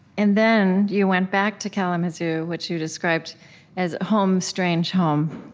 and then you went back to kalamazoo, which you described as home, strange home,